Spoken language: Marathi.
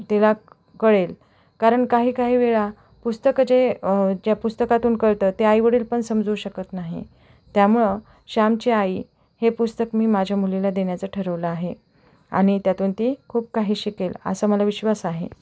तिला कळेल कारण काही काही वेळा पुस्तकं जे ज्या पुस्तकातून कळतं ते आईवडील पण समजवू शकत नाही त्यामुळं श्यामची आई हे पुस्तक मी माझ्या मुलीला देण्याचं ठरवलं आहे आणि त्यातून ती खूप काही शिकेल असा मला विश्वास आहे